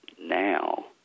now